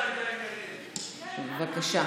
בבקשה.